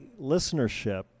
listenership